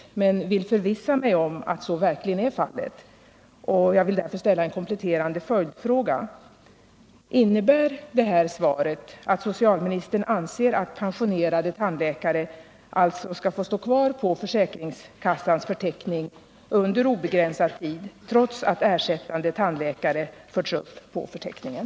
Jag vill emellertid förvissa mig om att det verkligen är det genom att ställa en kompletterande följdfråga: Innebär svaret att socialministern anser att pensionerade tandläkare skall kunna få stå kvar på försäkringskassans förteckning under obegränsad tid, trots att ersättande tandläkare förts upp på förteckningen?